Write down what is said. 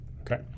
okay